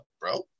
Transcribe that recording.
bro